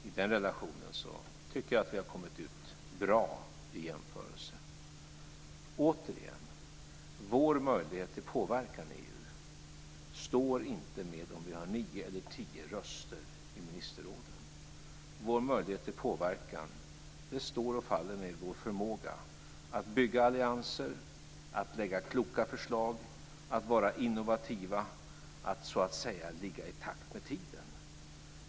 I den relationen tycker jag att vi har kommit ut jämförelsevis bra. Återigen: Vår möjlighet till påverkan i EU står inte och faller med om vi har nio eller tio röster i ministerråden. Vår möjlighet till påverkan står och faller med vår förmåga att bygga allianser, att lägga fram kloka förslag, att vara innovativa, att så att säga ligga i takt med tiden.